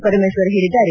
ಪರಮೇಶ್ವರ್ ಹೇಳಿದ್ದಾರೆ